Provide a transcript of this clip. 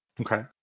Okay